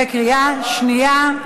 בקריאה שנייה.